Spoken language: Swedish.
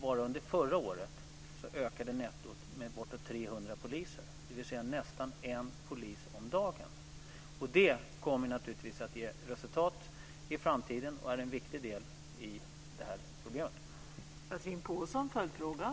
Bara under förra året ökade nettot med bortemot 300 poliser, dvs. med nästan 1 polis om dagen. Detta kommer naturligtvis att ge resultat i framtiden och utgör en viktig del i fråga om det här problemet.